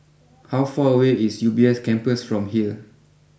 how far away is U B S Campus from here